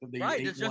Right